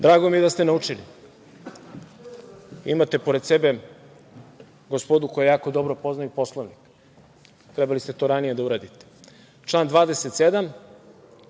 Drago mi je da ste naučili. Imate pored sebe gospodu koja jako dobro poznaju Poslovnik. Trebali ste to ranije da uradite. Član 27,